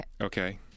Okay